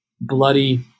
bloody